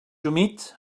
humit